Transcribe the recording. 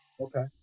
Okay